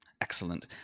Excellent